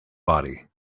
body